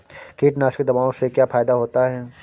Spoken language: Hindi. कीटनाशक दवाओं से क्या फायदा होता है?